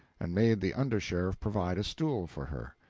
and made the under-sheriff provide a stool for her.